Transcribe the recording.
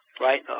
Right